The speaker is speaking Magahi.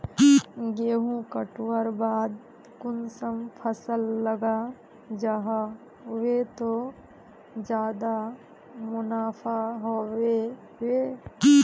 गेंहू कटवार बाद कुंसम फसल लगा जाहा बे ते ज्यादा मुनाफा होबे बे?